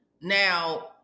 Now